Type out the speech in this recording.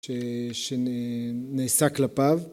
שנעשה כלפיו